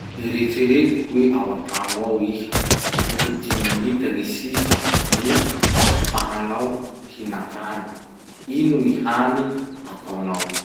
Eritsereto hoe ao antragno ao iha noho dimy minitra gny sisa gny ahafahanao mihinankany. Ino gny hany ataonao?